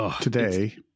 Today